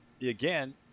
Again